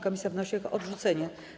Komisja wnosi o ich odrzucenie.